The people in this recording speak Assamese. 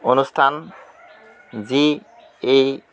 অনুষ্ঠান যি এই